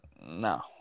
No